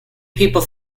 people